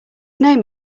name